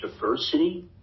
diversity